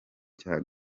cya